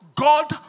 God